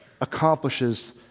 accomplishes